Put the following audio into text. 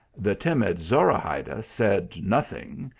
the timid zorahayda said nothing,